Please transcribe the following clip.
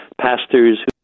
pastors